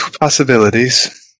possibilities